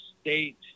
state